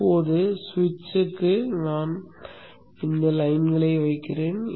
இப்போது சுவிட்சுக்கு நான் இந்த வரிகளை வைக்கிறேன்